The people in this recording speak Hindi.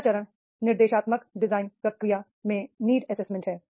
पहला चरण निर्देशात्मक डिजाइन प्रक्रिया में नीड एसेसमेंट है